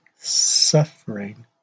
suffering